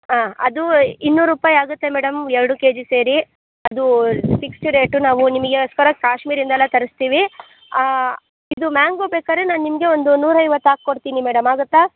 ಹಾಂ ಅದು ಇನ್ನೂರು ರೂಪಾಯಿ ಆಗುತ್ತೆ ಮೇಡಮ್ ಎರಡೂ ಕೆಜಿ ಸೇರಿ ಅದು ಫಿಕ್ಸ್ ರೇಟು ನಾವು ನಿಮಿಗೋಸ್ಕರ ಕಾಶ್ಮೀರಿಂದೆಲ್ಲ ತರಿಸ್ತೀವಿ ಇದು ಮ್ಯಾಂಗೋ ಬೇಕಾದ್ರೆ ನಾ ನಿಮಗೆ ಒಂದು ನೂರೈವತ್ತು ಹಾಕ್ಕೊಡ್ತೀನಿ ಮೇಡಮ್ ಆಗುತ್ತಾ